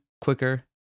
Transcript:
quicker